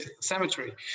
cemetery